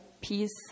peace